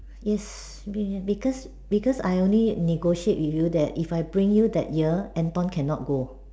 yes be because because I only negotiate with you that if I bring you that year Anton cannot go